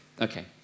okay